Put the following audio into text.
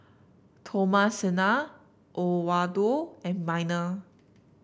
Thomasina Oswaldo and Minor